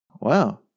Wow